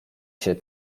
się